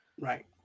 Right